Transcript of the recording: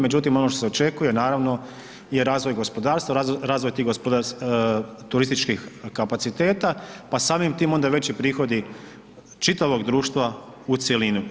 Međutim ono što se očekuje naravno je razvoj gospodarstva, razvoj tih turističkih kapaciteta pa samim tim onda i veći prihodi čitavog društva u cjelini.